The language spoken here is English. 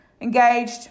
engaged